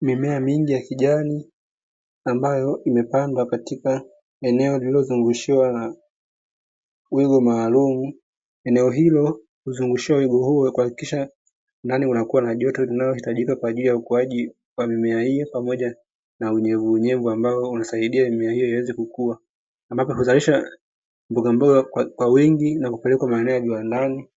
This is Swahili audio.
Mimea mingi ya kijani ambayo imepandwa katika eneo lililozunguushiwa wigo maalumu, eneo hilo huzunguushia wigo huo ili kuhakikisha ndani kunakuwa na joto sahihi kwaajili ya ukuaji wa mimea hiyo na unyevunyevu ambalo linasaidia mimea hiyo iweze kukua, ambapo huzalisha mbogamboga kwa wingi kwaajili ya kupeleka viwandani